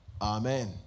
Amen